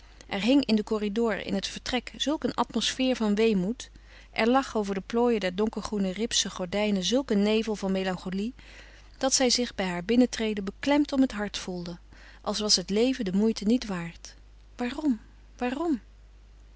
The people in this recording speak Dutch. er hing in den corridor in het vertrek zulk een atmosfeer van weemoed er lag over de plooien der donkergroene ripsen gordijnen zulk een nevel van melancholie dat zij zich bij haar binnentreden beklemd om het hart voelde als was het leven de moeite niet waard waarom waarom